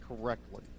correctly